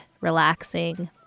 relaxing